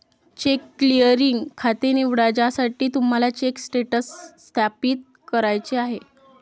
check clearing खाते निवडा ज्यासाठी तुम्हाला चेक स्टेटस सत्यापित करायचे आहे